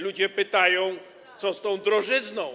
Ludzie pytają, co z tą drożyzną.